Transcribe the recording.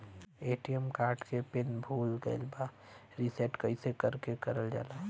ATM card के pin भूला गइल बा रीसेट कईसे करल जाला?